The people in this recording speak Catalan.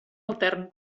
altern